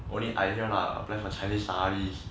only I here lah apply for chinese studies